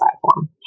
platform